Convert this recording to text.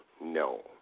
No